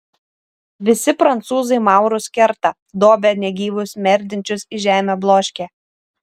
visi prancūzai maurus kerta dobia negyvus merdinčius į žemę bloškia